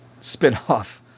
spinoff